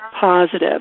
positive